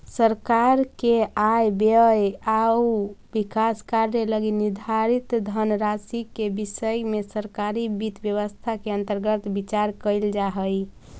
सरकार के आय व्यय आउ विकास कार्य लगी निर्धारित धनराशि के विषय में सरकारी वित्त व्यवस्था के अंतर्गत विचार कैल जा हइ